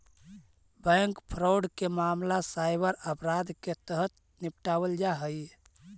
bank fraud के मामला cyber अपराध के तहत निपटावल जा हइ